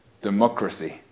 Democracy